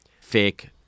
fake